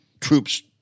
troops